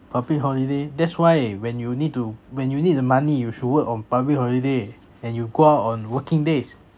public holiday that's why when you need to when you need the money you should work on public holiday and you go out on working days